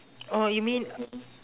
oh you mean